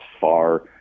far